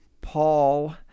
Paul